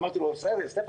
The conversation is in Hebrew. אמרתי לו: סטפן,